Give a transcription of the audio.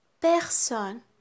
Personne